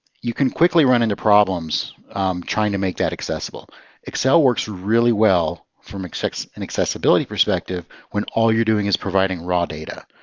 you can quickly run into problems trying to make that excel excel works really well from an accessibility perspective when all you're doing is providing raw data.